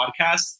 podcast